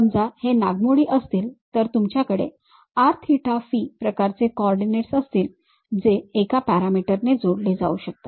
समजा हे नागमोडी असतील तर तुमच्याकडे r theta phi प्रकारचे कोऑर्डिनेट्स असतील जे एका पॅरामीटरने जोडले जाऊ शकतात